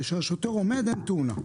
כשהשוטר עומד, אין תאונה.